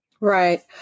Right